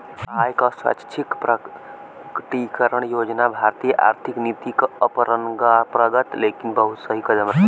आय क स्वैच्छिक प्रकटीकरण योजना भारतीय आर्थिक नीति में अपरंपरागत लेकिन बहुत सही कदम रहे